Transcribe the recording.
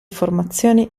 formazioni